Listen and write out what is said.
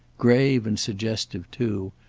grave and suggestive too,